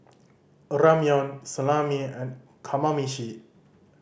Ramyeon Salami and Kamameshi